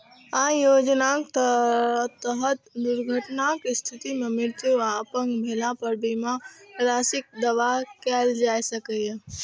अय योजनाक तहत दुर्घटनाक स्थिति मे मृत्यु आ अपंग भेला पर बीमा राशिक दावा कैल जा सकैए